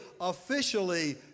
officially